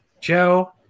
Joe